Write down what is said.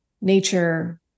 Nature